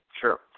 sure